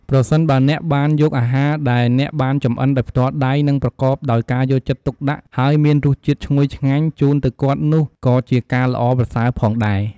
ប្រសិនបើអ្នកបានយកអាហារដែលអ្នកបានចម្អិនដោយផ្ទាល់ដៃ និងប្រកបដោយការយកចិត្តទុកដាក់ ហើយមានរស់ជាតិឈ្ងុយឆ្ងាញ់ជូនទៅគាត់នោះក៏ជាការល្អប្រសើរផងដែរ។